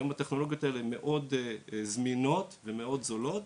היום הטכנולוגיות האלה מאוד זמינות ומאוד זולות,